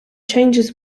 changes